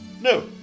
No